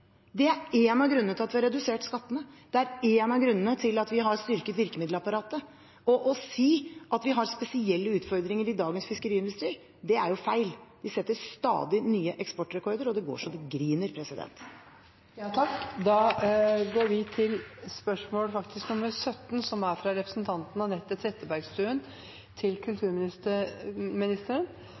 Det er én av grunnene til at vi har redusert skattene, det er én av grunnene til at vi har styrket virkemiddelapparat. Og det å si at vi har spesielle utfordringer i dagens fiskeriindustri, er feil. Vi setter stadig nye eksportrekorder, og det går så det griner. Da går vi til spørsmål 17. Dette spørsmålet, fra representanten Anette Trettebergstuen til